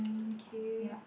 k